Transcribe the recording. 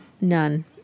None